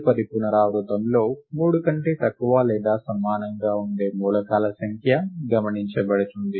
తదుపరి పునరావృతంలో 3 కంటే తక్కువ లేదా సమానంగా ఉండే మూలకాల సంఖ్య గమనించబడుతుంది